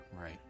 Right